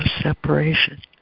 separation